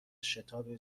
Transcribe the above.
شتاب